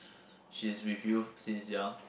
she's with you since young